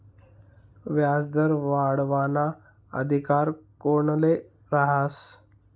व्याजदर वाढावाना अधिकार कोनले रहास?